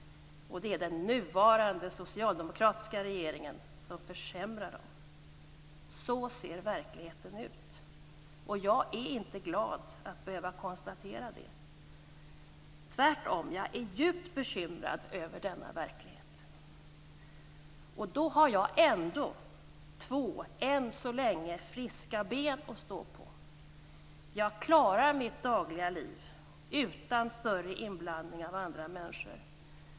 Det är den nuvarande socialdemokratiska regeringen som försämrar dem. Så ser verkligheten ut. Jag är inte glad att behöva konstatera det. Tvärtom är jag djupt bekymrad över denna verklighet. Då har jag ändå två än så länge friska ben att stå på. Jag klarar mitt dagliga liv utan större inblandning av andra människor.